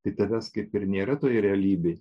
tai tavęs kaip ir nėra toje realybėj